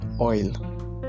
oil